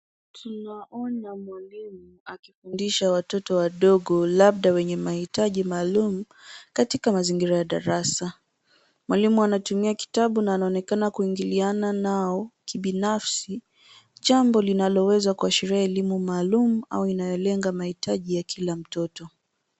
Tunaona mwalimu akifundisha watoto wadogo labda wenye mahitaji maalum katika mazingira ya darasa. Mwalimu anatumia kitabu na anaonekana kuingiliana nao kibinafsi, jambo linaloweza kuashiria elimu maalum au inayolenga mahitaji ya kila mtoto.